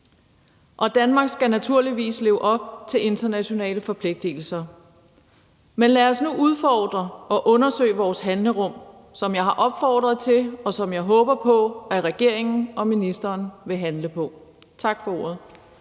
og Danmark skal naturligvis leve op til internationale forpligtelser. Men lad os nu udfordre og undersøge vores handlerum, som jeg har opfordret til, og som jeg håber regeringen og ministeren vil handle på. Tak for ordet.